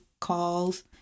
calls